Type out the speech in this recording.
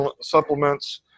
supplements